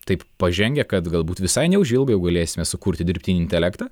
taip pažengę kad galbūt visai neužilgo jau galėsime sukurti dirbtinį intelektą